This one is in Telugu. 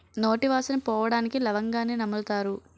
నోటి వాసన పోవడానికి లవంగాన్ని నములుతారు